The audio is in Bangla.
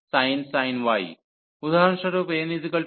উদাহরণস্বরূপ n 1